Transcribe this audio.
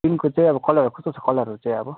टिनको चाहिँ अब कलरहरू कस्तो छ कलरहरू चाहिँ अब